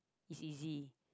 is easy